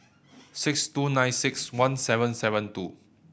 six two nine six one seven seven two